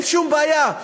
אין שום בעיה.